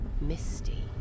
misty